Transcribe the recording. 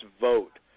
vote